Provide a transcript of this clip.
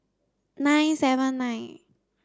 nine seven nine